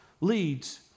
leads